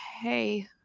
hey